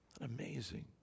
Amazing